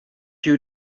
you